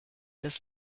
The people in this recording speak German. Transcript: des